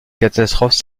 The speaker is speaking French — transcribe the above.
catastrophe